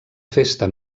festa